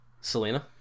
Selena